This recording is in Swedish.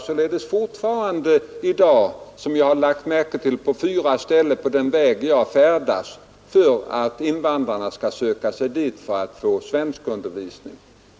Studieförbunden propagerar således fortfarande för att invandrarna skall söka sig dit och få svenskundervisning.